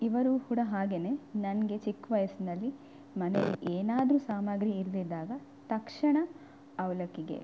ಇವರೂ ಕೂಡ ಹಾಗೆನೇ ನನಗೆ ಚಿಕ್ಕ ವಯಸ್ಸಿನಲ್ಲಿ ಮನೆಯಲ್ಲಿ ಏನಾದರು ಸಾಮಗ್ರಿ ಇರದಿದ್ದಾಗ ತಕ್ಷಣ ಅವಲಕ್ಕಿಗೆ